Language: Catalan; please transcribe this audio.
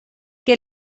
que